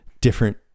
different